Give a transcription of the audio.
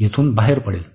येथून बाहेर पडेल